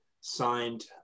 signed